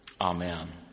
Amen